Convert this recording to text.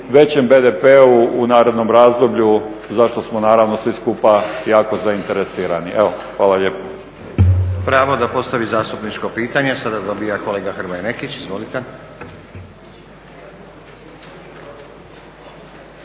većem BDP-u u narednom razdoblju, za što smo naravno svi skupa jako zainteresirani. Hvala lijepo.